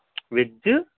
veg